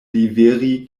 liveri